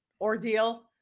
ordeal